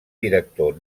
director